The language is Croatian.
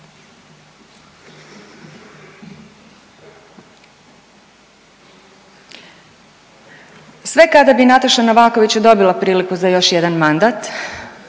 Sve kada bi Nataša Novaković i dobila priliku za još jedan mandat,